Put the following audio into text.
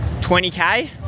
20k